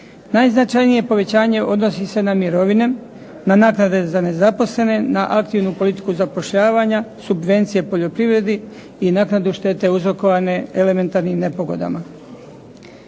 Najznačajnije povećanje odnosi se na mirovine, na naknade za nezaposlene, na aktivnu politiku zapošljavanja, subvencije poljoprivredi, i naknadu štete uzrokovane elementarnim nepogodama.